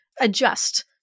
adjust